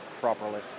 properly